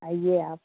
आइए आप